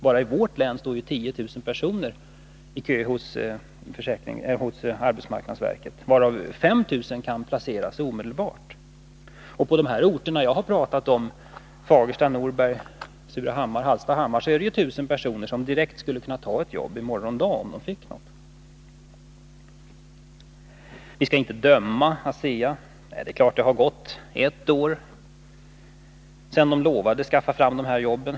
Bara i mitt län står 10000 i kö hos arbetsmarknadsverket, varav 5 000 kan placeras omedelbart. På de orter som jag har talat om — Fagersta, Norberg, Surahammar och Hallstahammar — är det 1 000 personer som direkt, i morgon dag, skulle kunna ta ett jobb, om de bara fick något. Vi skall inte döma ASEA, säger industriministern. Det har gått ett år sedan ASEA lovade skaffa fram dessa jobb.